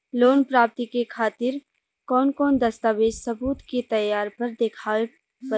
Loan प्राप्ति के खातिर कौन कौन दस्तावेज सबूत के तौर पर देखावे परी?